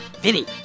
Vinny